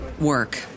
Work